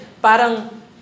parang